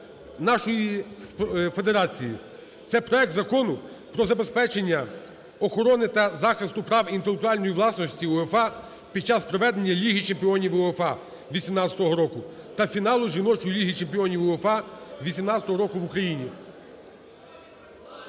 нашої федерації – це проект Закону про забезпечення охорони та захисту прав інтелектуальної власності УЄФА під час проведення Ліги Чемпіонів УЄФА 2018 року та фіналу жіночої Ліги Чемпіонів УЄФА 2018 року в Україні.